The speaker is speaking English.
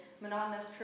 monotonous